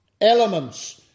elements